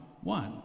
one